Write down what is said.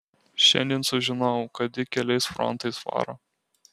šiandien sužinojau kad ji keliais frontais varo